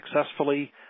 successfully